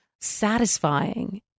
satisfying